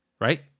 right